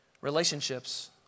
relationships